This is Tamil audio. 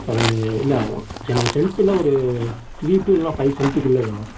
இல்லை எங்களுக்கு சென்ட்டில் ஒரு த்ரி டூ இல்லைன்னா ஃபைவ் சென்ட்டுக்குள்ளே வேணும்